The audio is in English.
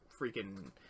freaking